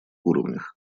уровнях